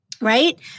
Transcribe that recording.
Right